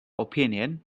opinion